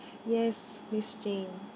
yes miss jane